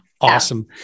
awesome